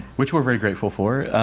which we're very grateful for.